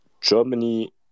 Germany